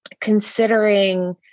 considering